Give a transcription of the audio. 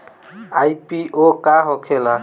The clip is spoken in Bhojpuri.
आई.पी.ओ का होखेला?